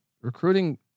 recruiting